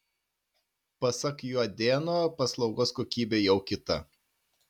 pasak juodėno paslaugos kokybė jau kita